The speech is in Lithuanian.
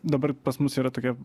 dabar pas mus yra tokia